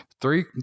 three